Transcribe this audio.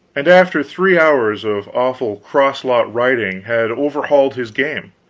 and after three hours of awful crosslot riding had overhauled his game.